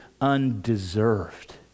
undeserved